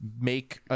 make